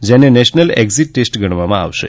જેણે national exit test ગણવામાં આવશે